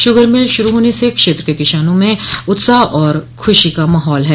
sugar mill शुरू होने से क्षेत्र के किसानों में उत्साह और खुशी का माहौल है